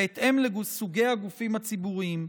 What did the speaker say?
בהתאם לסוגי הגופים הציבוריים: